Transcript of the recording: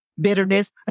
bitterness